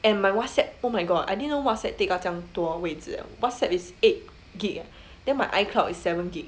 and my Whatsapp oh my god I didn't know Whatsapp take up 这样多位子 leh Whatsapp is eight G_B leh then my iCloud is seven G_B